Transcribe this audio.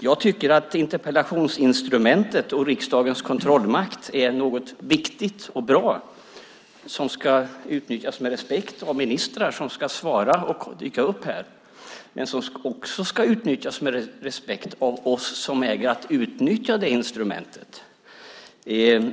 Jag tycker att interpellationsinstrumentet och riksdagens kontrollmakt är något viktigt och bra som ska utnyttjas med respekt av ministrar, som ska svara och dyka upp här, men det ska också utnyttjas med respekt av oss som äger att utnyttja det instrumentet.